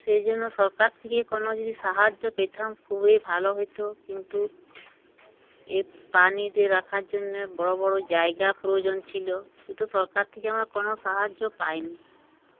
সেই জন্য সরকার থেকে কোনো যদি সাহায্য পেতাম খুবই ভালো হইতো কিন্তু এ পানি দিয়ে রাখার জন্যে বড়ো বড়ো জায়গা প্রয়োজন ছিল কিন্তু সরকার থেকে আমরা কোনো সাহায্য পাইনি